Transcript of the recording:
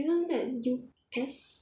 isn't that U_S